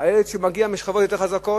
הילד שמגיע משכבות יותר חזקות,